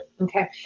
Okay